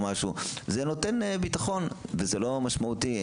זה נותן ביטחון וזה לא משמעותי.